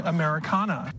Americana